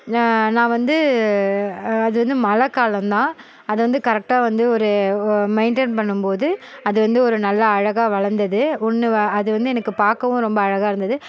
நான் நான் வந்து அது வந்து மழை காலந்தான் அது வந்து கரெக்டாக வந்து ஒரு மெயின்டைன் பண்ணணும் போது அது வந்து ஒரு நல்லா அழகாக வளர்ந்தது ஒன்று அது வந்து எனக்கு பார்க்கவும் ரொம்ப அழகாக இருந்தது